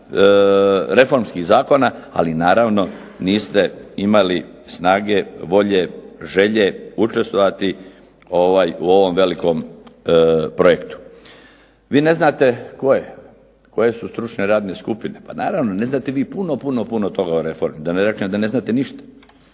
zakona, reformskih zakona, ali naravno niste imali snage, volje, želje, učestvovati u ovom velikom projektu. Vi ne znate koje su stručne radne skupine. Pa naravno, ne znate vi puno, puno, puno toga o reformi, da ne rečem da ne znate ništa.